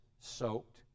soaked